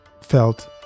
felt